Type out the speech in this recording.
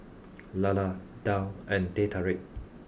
Lala Daal and Teh Tarik